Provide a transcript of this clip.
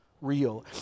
real